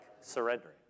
surrendering